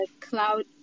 cloud